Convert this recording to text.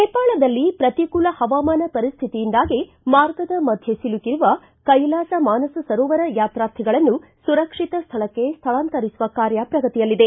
ನೇಪಾಳದಲ್ಲಿ ಪ್ರತಿಕೂಲ ಹವಾಮಾನ ಪರಿಸ್ಥಿತಿಯಿಂದಾಗಿ ಮಾರ್ಗದ ಮಧ್ಯೆ ಸಿಲುಕಿರುವ ಕೈಲಾಸ ಮಾನಸ ಸರೋವರ ಯಾತಾರ್ಥಿಗಳನ್ನು ಸುರಕ್ಷಿತ ಸ್ಥಳಕ್ಕೆ ಸ್ಥಳಾಂತರಿಸುವ ಕಾರ್ಯ ಪ್ರಗತಿಯಲ್ಲಿದೆ